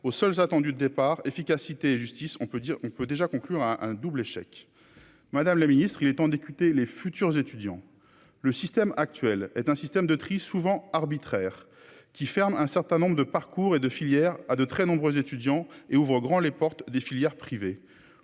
aux seuls attendu le départ, efficacité et justice, on peut dire, on peut déjà conclure à un double échec, madame le ministre, il est temps d'écouter les futurs étudiants, le système actuel est un système de tri souvent arbitraire qui ferme un certain nombre de parcours et de filières à de très nombreux étudiants et ouvrent grand les portes des filières privées